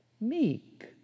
Meek